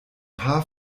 paar